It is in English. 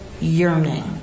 yearning